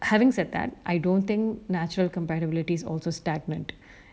having said that I don't think natural compabilities also stagnant